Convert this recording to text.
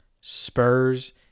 Spurs